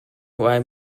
while